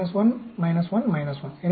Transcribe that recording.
1 1 1